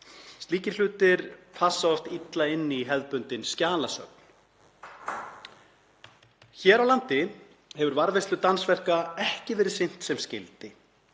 Slíkir hlutir passa oft illa inn í hefðbundin skjalasöfn. Hér á landi hefur varðveislu dansverka ekki verið sinnt sem skyldi.